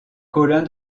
colin